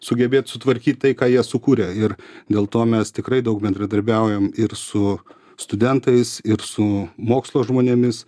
sugebėt sutvarkyt tai ką jie sukūrė ir dėl to mes tikrai daug bendradarbiaujam ir su studentais ir su mokslo žmonėmis